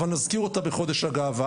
אבל נזכיר אותה בחודש הגאווה